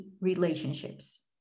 relationships